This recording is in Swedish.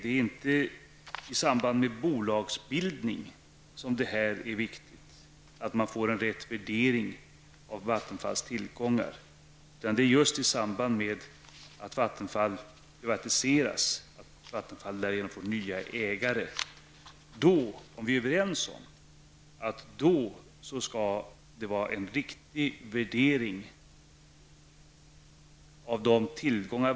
Det är inte i samband med bolagsbildning som det är viktigt att det blir en riktig värdering av Vattenfalls tillgångar, utan det är just i samband med att Vattenfall privatiseras, alltså då Vattenfall får nya ägare, som det behövs -- och det har vi varit överens om -- en riktig värdering av Vattenfalls tillgångar.